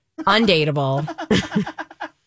undateable